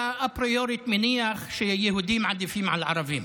אתה אפריורית מניח שיהודים עדיפים על ערבים.